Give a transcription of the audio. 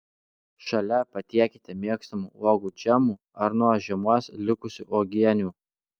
šalia patiekite mėgstamų uogų džemų ar nuo žiemos likusių uogienių